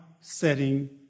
setting